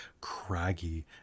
craggy